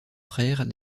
frères